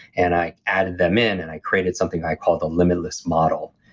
and i added them in, and i created something i call the limitless model.